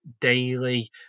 daily